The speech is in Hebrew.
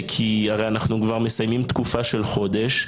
כי הרי אנחנו כבר מסיימים תקופה של חודש.